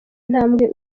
intambwe